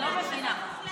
אני לא מבינה.